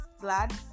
glad